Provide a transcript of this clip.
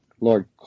Lord